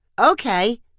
Okay